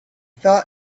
felt